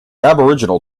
aboriginal